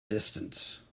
distance